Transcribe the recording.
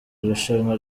irushanwa